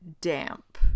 damp